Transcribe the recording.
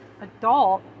Adult